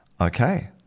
Okay